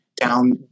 down